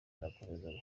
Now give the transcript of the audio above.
arakomeza